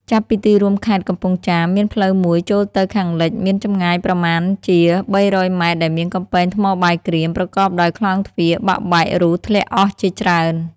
ចាប់ពីទីរួមខេត្តកំពង់ចាម មានផ្លូវមួយចូលទៅខាងលិច មានចម្ងាយប្រមាណជា ៣០០ ម៉ែត្រដែលមានកំពែងថ្មបាយក្រៀម ប្រកបដោយក្លោងទ្វារបាក់បែករុះធ្លាក់អស់ជាច្រើន ។